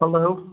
hello